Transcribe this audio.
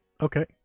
okay